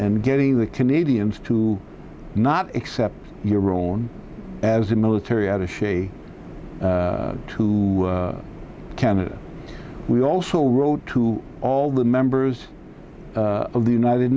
and getting the canadians to not accept your own as a military attache to canada we also wrote to all the members of the united